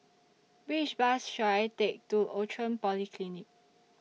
Which Bus should I Take to Outram Polyclinic